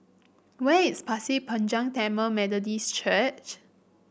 where is Pasir Panjang Tamil Methodist Church